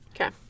Okay